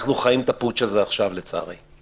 אנחנו חיים את הפוטש הזה עכשיו, לצערי.